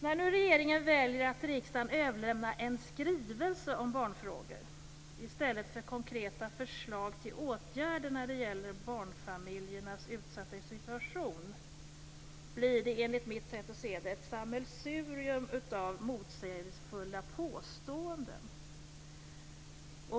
När nu regeringen väljer att till riksdagen överlämna en skrivelse om barnfrågor i stället för konkreta förslag till åtgärder när det gäller barnfamiljernas utsatta situation blir det enligt mitt sätt att se ett sammelsurium av motsägelsefulla påståenden.